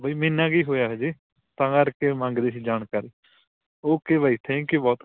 ਬਾਈ ਮਹੀਨਾ ਕੁ ਹੋਇਆ ਹਜੇ ਤਾਂ ਕਰਕੇ ਮੰਗਦੇ ਸੀ ਜਾਣਕਾਰੀ ਓਕੇ ਬਾਈ ਥੈਂਕ ਯੂ ਬਹੁਤ